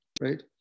right